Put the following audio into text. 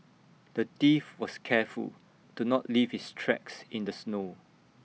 the thief was careful to not leave his tracks in the snow